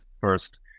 first